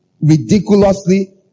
ridiculously